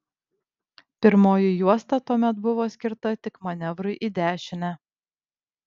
pirmoji juosta tuomet buvo skirta tik manevrui į dešinę